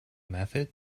method